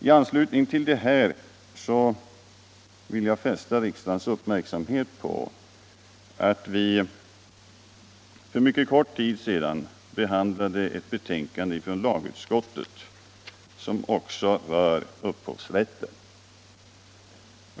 I anslutning till det här vill jag fästa riksdagens uppmärksamhet på att vi för mycket kort tid sedan behandlade ett betänkande från lagutskottet som också rör upphovsrätten.